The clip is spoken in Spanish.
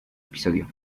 episodio